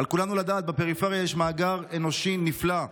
על כולנו לדעת: בפריפריה יש מאגר אנושי נפלא,